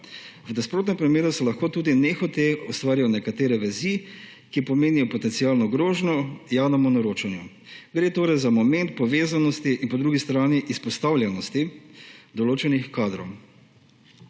v nasprotnem primeru se lahko tudi nehote ustvarjajo nekatere vezi, ki pomenijo potencialno grožnjo javnemu naročanju. Gre torej za moment povezanosti in po drugi strani izpostavljenosti določenih kadrov.